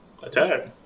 Attack